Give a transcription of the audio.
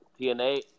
tna